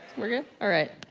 we're good? alright.